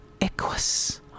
Equus